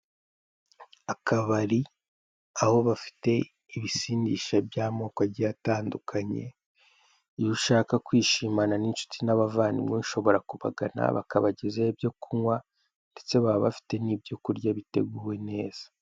Akabari, aho bafite ibisindisha by'amoko agiye atandukanye, iyo ushaka kwishimana n'inshuti n'abavandimwe ushobora kubagana, bakabagezaho ibyo kunywa ndetse baba bafite n'ibyo kurya biteguwe neza.